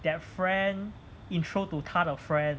that friend intro to 他的 friend